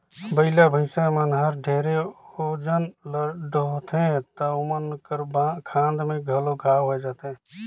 बइला, भइसा मन हर ढेरे ओजन ल डोहथें त ओमन कर खांध में घलो घांव होये जाथे